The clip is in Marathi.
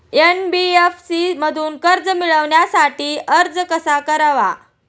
एन.बी.एफ.सी मधून कर्ज मिळवण्यासाठी अर्ज कसा करावा?